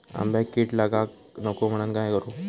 आंब्यक कीड लागाक नको म्हनान काय करू?